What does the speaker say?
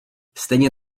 stejně